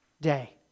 day